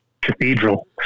cathedral